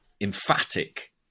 emphatic